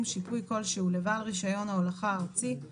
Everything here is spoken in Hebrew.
שיפוי כלשהו לבעל רישיון ההולכה הארצי,